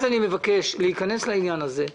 אני מבקש להיכנס לעניין הזה.